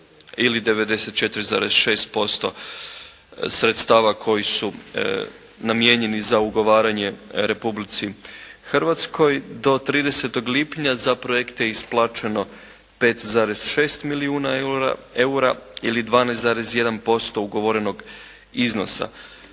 ili 94,6% sredstava koji su namijenjeni za ugovaranje Republici Hrvatskoj do 30. lipnja za projekte isplaćeno 5,6 milijuna eura ili 12,1% ugovorenog iznosa.